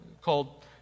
called